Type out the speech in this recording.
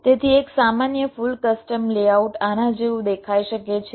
તેથી એક સામાન્ય ફુલ કસ્ટમ લેઆઉટ આના જેવું દેખાઈ શકે છે